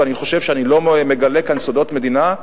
ואני חושב שאני לא מגלה כאן סודות מדינה,